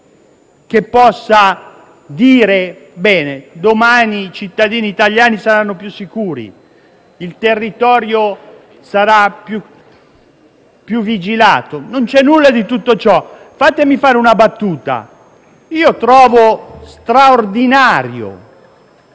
che possa far dire che domani i cittadini italiani saranno più sicuri e il territorio più vigilato. Non c'è nulla di tutto ciò. Fatemi fare una battuta: trovo straordinario